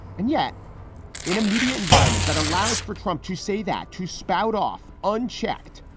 and yet in a media environment that allows for trump to say that to spout off unchecked,